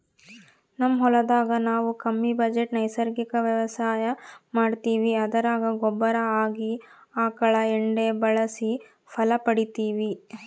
ನಮ್ ಹೊಲದಾಗ ನಾವು ಕಮ್ಮಿ ಬಜೆಟ್ ನೈಸರ್ಗಿಕ ವ್ಯವಸಾಯ ಮಾಡ್ತೀವಿ ಅದರಾಗ ಗೊಬ್ಬರ ಆಗಿ ಆಕಳ ಎಂಡೆ ಬಳಸಿ ಫಲ ಪಡಿತಿವಿ